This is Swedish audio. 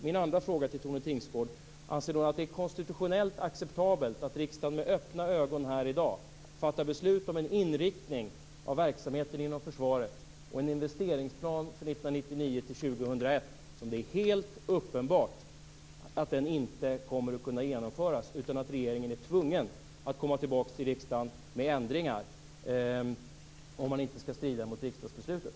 Min andra fråga till Tone Tingsgård är: Anser hon att det är konstitutionellt acceptabelt att riksdagen med öppna ögon här i dag fattar beslut om en inriktning av verksamheten inom försvaret och en investeringsplan för 1999 till 2001 som uppenbarligen inte kommer att kunna genomföras? Är det acceptabelt att regeringen är tvungen att komma tillbaka till riksdagen med ändringar om det inte skall strida mot riksdagsbeslutet?